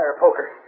Poker